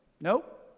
Nope